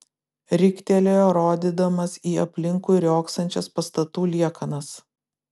riktelėjo rodydamas į aplinkui riogsančias pastatų liekanas